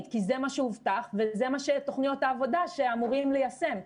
כי זה מה שהובטח ואלה תכניות העבודה שאמורים ליישם אותן.